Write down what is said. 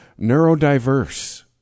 neurodiverse